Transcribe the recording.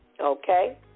Okay